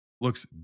looks